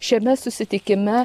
šiame susitikime